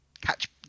catch